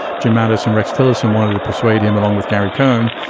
giamatti's and rex tillerson wanted to persuade him, along with gary cohn,